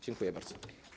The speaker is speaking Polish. Dziękuję bardzo.